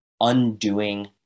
undoing